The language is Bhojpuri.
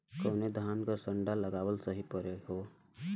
कवने धान क संन्डा लगावल सही परी हो?